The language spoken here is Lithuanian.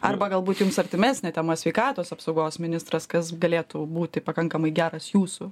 arba galbūt jums artimesnė tema sveikatos apsaugos ministras kas galėtų būti pakankamai geras jūsų